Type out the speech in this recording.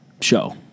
show